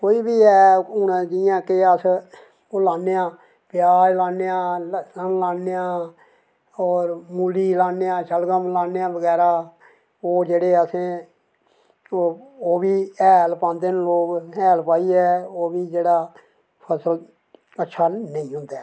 कोई बी ऐ हून जियां लान्ने आं प्याज़ लान्ने आं ओह् लान्ने आं होर मूली लान्ने आं शलगम लाने आं बगैरा होर जेह्ड़े असें ओह्बी हैल पांदे न लोग हैल पाइयै ओह्बी जेह्ड़ा अच्छा लेई जंदा ऐ